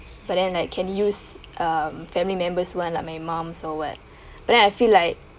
but then like can use um family members' one like my mum's or what but then I feel like